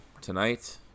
tonight